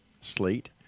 Slate